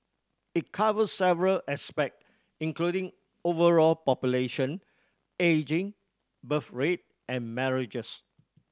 it covers several aspect including overall population ageing birth rate and marriages